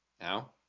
Now